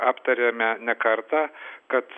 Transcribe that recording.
aptarėme ne kartą kad